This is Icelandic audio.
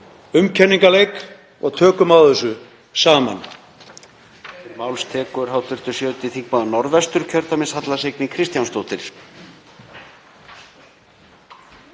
umkenningaleik og tökum á þessu saman.